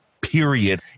period